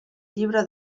llibre